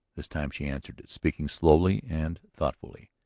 this time she answered it, speaking slowly and thoughtfully.